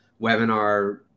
webinar